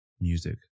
music